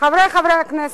חברי חברי הכנסת,